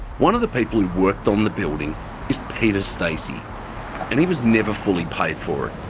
one of the people who worked on the building is peter stacey and he was never fully paid for